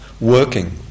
working